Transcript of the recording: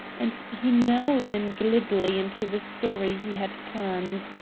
and he now ran glibly into the story he had planned.